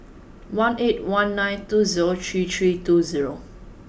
one eight one nine two zero three three two zero